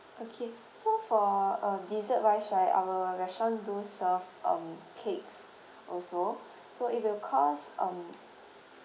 okay so for uh dessert wise right our restaurant do serve um cakes also so it will cost um